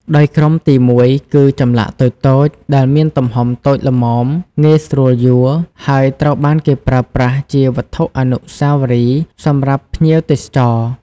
ដោយក្រុមទីមួយគឺចម្លាក់តូចៗ ដែលមានទំហំតូចល្មម ងាយស្រួលយួរ ហើយត្រូវបានគេប្រើប្រាស់ជាវត្ថុអនុស្សាវរីយ៍ សម្រាប់ភ្ញៀវទេសចរណ៍។